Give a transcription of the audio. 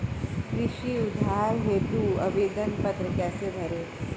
कृषि उधार हेतु आवेदन पत्र कैसे भरें?